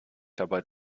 dabei